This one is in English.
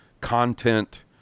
content